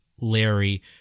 Larry